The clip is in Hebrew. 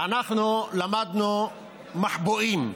ואנחנו למדנו "מחבואים"